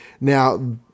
Now